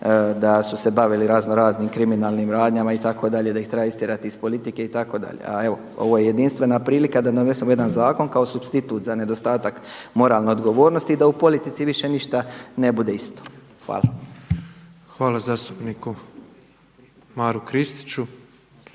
da su se bavili razno raznim kriminalnim radnjama itd., da ih treba istjerati iz politike itd.. A evo ovo je jedinstvena prilika da donesemo jedan zakon kao supstitut za nedostatak moralne odgovornosti i da u politici više ništa ne bude isto. Hvala. **Petrov, Božo (MOST)** Hvala zastupniku Maru Kristiću.